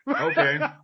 okay